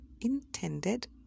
intended